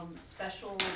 special